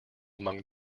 among